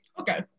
okay